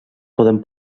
poden